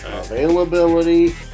Availability